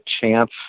chance